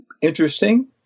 Interesting